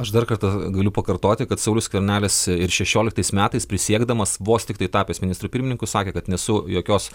aš dar kartą galiu pakartoti kad saulius skvernelis ir šešioliktais metais prisiekdamas vos tiktai tapęs ministru pirmininku sakė kad nesu jokios